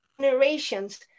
generations